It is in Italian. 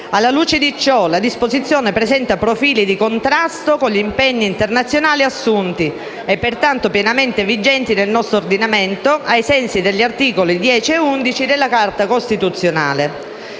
Alla luce di ciò, la disposizione presenta profili di contrasto con gli impegni internazionali assunti - e pertanto pienamente vigenti nel nostro ordinamento - ai sensi degli articoli 10 e 11 della Carta costituzionale.